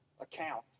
account